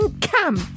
camp